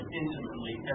intimately